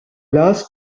last